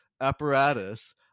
apparatus